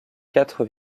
quatre